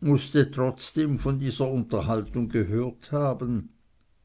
mußte trotzdem von dieser unterhaltung gehört haben